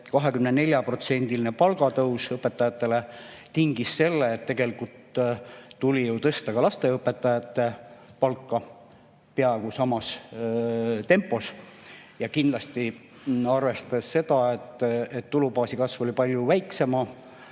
24%-line palgatõus õpetajatele tingis selle, et tegelikult tuli tõsta ka lasteaiaõpetajate palka peaaegu samas tempos. Kindlasti, arvestades seda, et tulubaasi kasv oli palju väiksem,